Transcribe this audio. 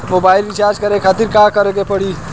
Mobile recharge करे खातिर का करे के पड़ी?